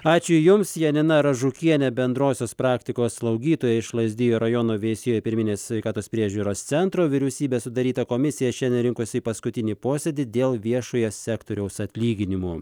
ačiū jums janina aražukienė bendrosios praktikos slaugytoja iš lazdijų rajono veisiejų pirminės sveikatos priežiūros centro vyriausybės sudaryta komisija šiandien rinkosi į paskutinį posėdį dėl viešojo sektoriaus atlyginimų